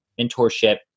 mentorship